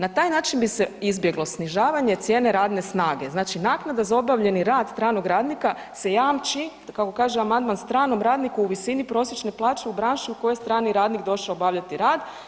Na taj način bi se izbjeglo snižavanje cijene radne snage, znači naknada za obavljeni rad stranog radnika se jamči, kako kaže amandman stranom radniku u visini prosječne plaće u branši u kojoj je strani radnik došao obavljati rad.